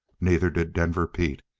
neither did denver pete.